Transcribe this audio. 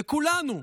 לכולנו,